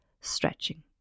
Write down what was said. stretching